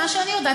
ממה שאני יודעת.